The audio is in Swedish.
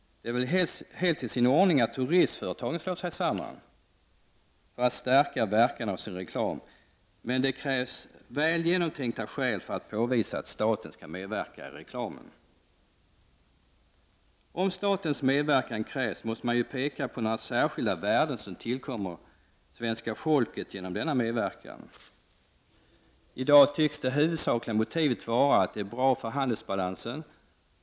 Det är väl helt i sin ordning att turistföretagen slår sig samman för att stärka verkan av sin reklam, men det krävs väl genomtänkta skäl för att staten skall medverka i reklamen. Om statens medverkan krävs måste man peka på några särskilda värden som tillkommer svenska folket genom denna medverkan. I dag tycks det huvudsakliga motivet vara att turismen är bra för handelsbalansen.